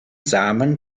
samen